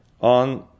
on